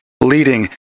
leading